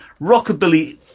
rockabilly